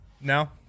No